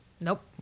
Nope